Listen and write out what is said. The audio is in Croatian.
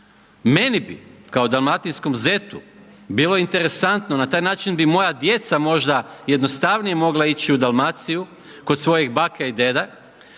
Mene bi kao dalmatinskom zetu, bilo interesantno, na taj način bi moja djeca, možda, jednostavnije mogla ići u Dalmaciju kod svojih bake i djeda,